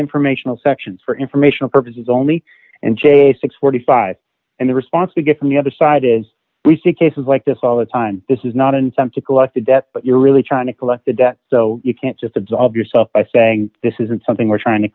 informational sections for informational purposes only and j six hundred and forty five and the response we get from the other side is we see cases like this all the time this is not in some to collect a debt but you're really trying to collect the debt so you can't just absolve yourself by saying this isn't something we're trying to